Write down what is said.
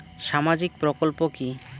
সামাজিক প্রকল্প কি?